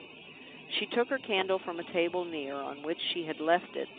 she took her candle from a table near, on which she had left it,